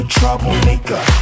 troublemaker